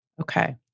Okay